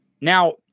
Now